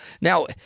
Now